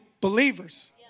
believers